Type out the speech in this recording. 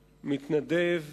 מתנדב,